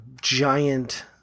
giant